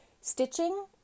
stitching